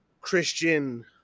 Christian